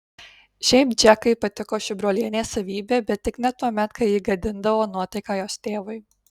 šiaip džekai patiko ši brolienės savybė bet tik ne tuomet kai ji gadindavo nuotaiką jos tėvui